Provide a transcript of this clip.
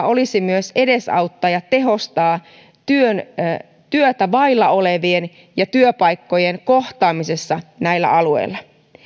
olisi myös edesauttaa ja tehostaa työtä vailla olevien ja työpaikkojen kohtaamista näillä alueilla